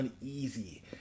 uneasy